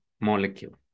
molecule